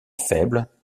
faible